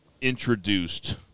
introduced